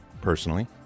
personally